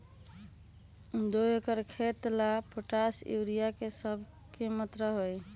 दो एकर खेत के ला पोटाश, यूरिया ये सब का मात्रा होई?